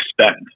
spend